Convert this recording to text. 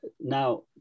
now